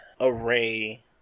array